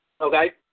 okay